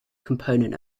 component